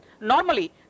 Normally